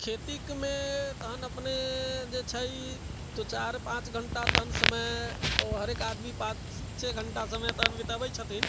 खेतीकमे तखन अपने जे छै दू चारि पाँच घण्टा तखन समय हरेक आदमीके पाँच छओ घण्टाके समय तऽ बिताबैत छथिन